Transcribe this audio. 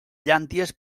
llànties